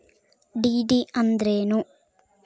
DD ಅಂದ್ರೇನು?